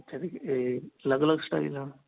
ਅੱਛਾ ਜੀ ਇਹ ਅਲੱਗ ਅਲੱਗ ਸਟਾਈਲ ਵਾਲਾ